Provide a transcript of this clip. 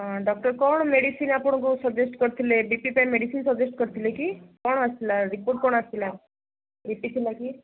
ହଁ ଡକ୍ଟର୍ କ'ଣ ମେଡ଼ିସିନ୍ ଆପଣଙ୍କୁ ସଜେଷ୍ଟ୍ କରିଥିଲେ ବି ପି ପାଇଁ ମେଡ଼ିସିନ୍ ସଜେଷ୍ଟ୍ କରିଥିଲେ କି କ'ଣ ଆସିଲା ରିପୋର୍ଟ୍ କ'ଣ ଆସିଲା ବି ପି ଥିଲାକି